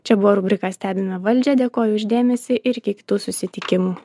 čia buvo rubrika stebime valdžią dėkoju už dėmesį ir iki kitų susitikimų